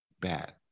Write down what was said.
bad